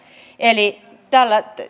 eli